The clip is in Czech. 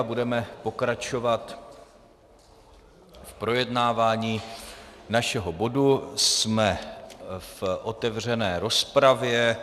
Budeme pokračovat projednáváním našeho bodu, jsme v otevřené rozpravě.